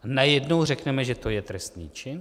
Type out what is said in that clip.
Najednou řekneme, že to je trestný čin?